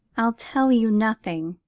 i'll tell you nothing.